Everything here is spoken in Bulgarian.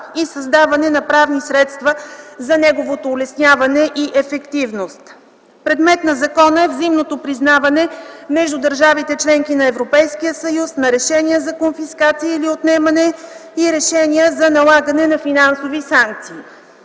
и създаване на правни средства за неговото улесняване и ефективност. Предмет на закона е взаимното признаване между държавите – членки на Европейския съюз, на решения за конфискация или отнемане и решения за налагане на финансови санкции.